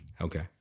Okay